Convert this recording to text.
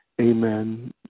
amen